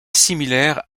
similaire